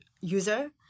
user